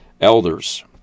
elders